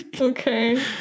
Okay